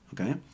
Okay